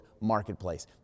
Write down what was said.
Marketplace